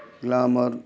glamour